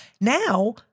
now